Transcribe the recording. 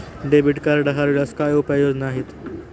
Debit card हरवल्यास काय उपाय योजना आहेत?